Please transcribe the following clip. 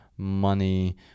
money